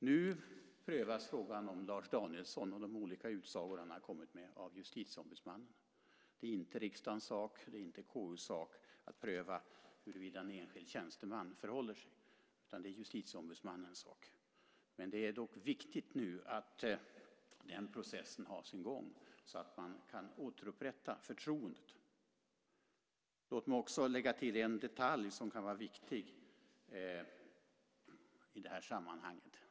Nu prövas frågan om Lars Danielsson och de olika utsagor han har kommit med av Justitieombudsmannen. Det är inte riksdagens sak och inte KU:s sak att pröva hur en enskild tjänsteman förhåller sig, utan det är Justitieombudsmannens sak. Det är dock viktigt nu att den processen har sin gång så att man kan återupprätta förtroendet. Låt mig också lägga till en detalj som kan vara viktig i det här sammanhanget.